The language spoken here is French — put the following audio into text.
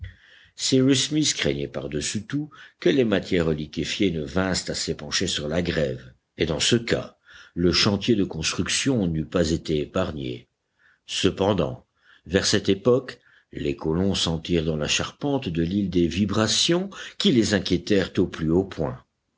smith craignait par-dessus tout que les matières liquéfiées ne vinssent à s'épancher sur la grève et dans ce cas le chantier de construction n'eût pas été épargné cependant vers cette époque les colons sentirent dans la charpente de l'île des vibrations qui les inquiétèrent au plus haut point